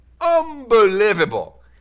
Unbelievable